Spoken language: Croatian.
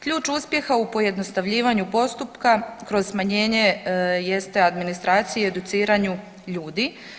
Ključ uspjeha u pojednostavljivanju postupka kroz smanjene jeste administracije i educiranju ljudi.